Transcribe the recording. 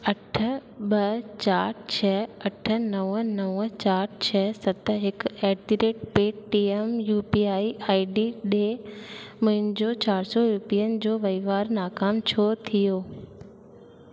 अठ ॿ चार छह अठ नवं नवं चार छ्ह सत हिकु at the rate Paytm U P I I D ॾे मुंहिंजो चार सौ रुपियनि जो वहिंवारु नाकामु छो थीयो